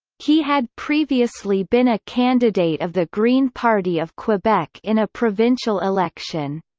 he had previously been a candidate of the green party of quebec in a provincial election